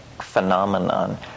phenomenon